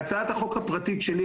בהצעת החוק הפרטית שלי,